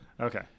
Okay